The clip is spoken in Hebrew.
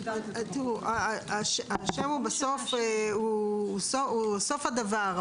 השם הוא סוף הדבר,